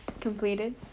completed